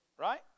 Right